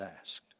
asked